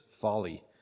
folly